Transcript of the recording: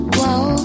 Whoa